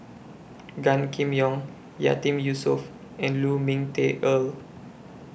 Gan Kim Yong Yatiman Yusof and Lu Ming Teh Earl